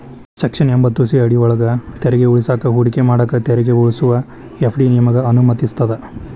section ಎಂಭತ್ತು C ಅಡಿಯೊಳ್ಗ ತೆರಿಗೆ ಉಳಿಸಾಕ ಹೂಡಿಕೆ ಮಾಡಾಕ ತೆರಿಗೆ ಉಳಿಸುವ ಎಫ್.ಡಿ ನಿಮಗೆ ಅನುಮತಿಸ್ತದ